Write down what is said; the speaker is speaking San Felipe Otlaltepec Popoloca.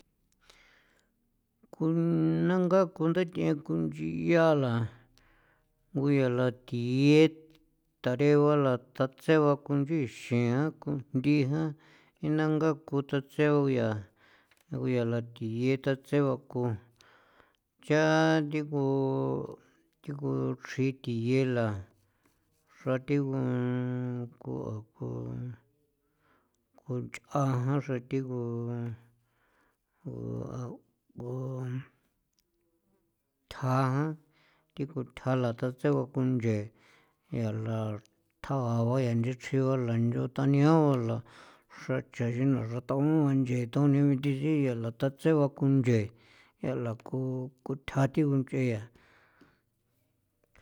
Ku nangaa ku nda thi kunchiala nguya la thiye tare ba la tatse ba kunchixian kujnthie jan inangaa kuthatse guyaa nguya la thiye tatse ba ku cha thigu thigu xri thiye la xra thi gu kuakjo kuach'a jan xra thigu gu gu thjaa jan thiku thjala ta tse ba kunchee jeela thjao ba inchi chrji ba lanchio tania bala xra chayini xra tao nchee taon nithixi yala ta tsee ba kunchee yela ku thja thigu nch'e ya.